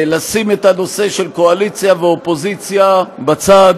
לשים את הנושא של קואליציה ואופוזיציה בצד,